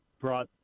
brought